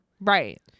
right